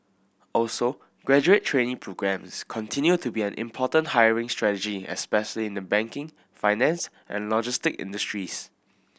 also graduate trainee programmes continue to be an important hiring strategy especially in the banking finance and logistic industries